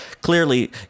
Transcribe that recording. clearly